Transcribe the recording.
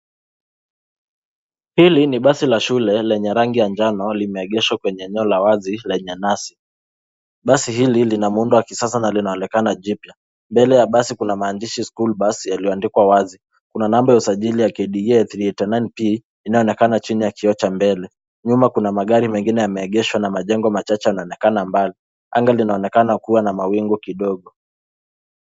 Hili ni basi la shule lenye rangi ya njano limeegeshwa kwenye eneo la wazi lenye nyasi. Basi hili lina muundo wa kisasa na linaonekana jipya. Mbele ya basi kuna maandishi school bus yaliyoandikwa wazi. Kuna namba ya usajili ya KDL 389P inayoonekana chini ya kioo cha mbele. Nyuma kuna magari mengine yameegeshwa na majengo machache yanaonekana mbali. Anga linaonekana kuwa na mawingu kidogo.